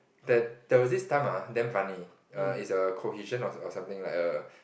that that was this time ah damn funny err is a cohesion or or something like a